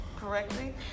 correctly